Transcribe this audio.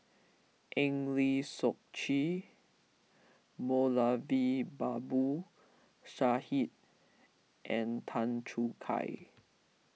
Eng Lee Seok Chee Moulavi Babu Sahib and Tan Choo Kai